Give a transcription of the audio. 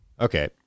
Okay